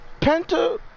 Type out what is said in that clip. Penta